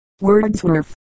Wordsworth